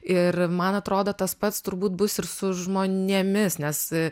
ir man atrodo tas pats turbūt bus ir su žmonėmis nes